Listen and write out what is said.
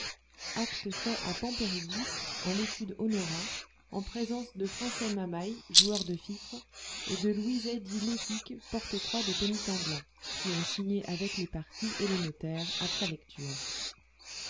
acte fait à pampérigouste en l'étude honorat en présence de francet mamaï joueur de fifre et de louiset dit le quique porte croix des pénitents blancs qui ont signé avec les parties et le notaire après lecture